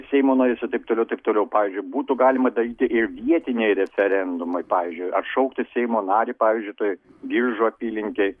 seimo narius ir taip toliau taip toliau pavyzdžiui būtų galima daryti ir vietinį referendumai pavyzdžiui atšaukti seimo narį pavyzdžiui tai biržų apylinkėj